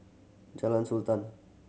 Jalan Sultan